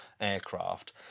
aircraft